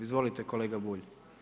Izvolite kolega Bulj.